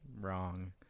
Wrong